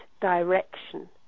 direction